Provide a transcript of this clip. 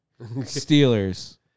Steelers